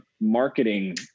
marketing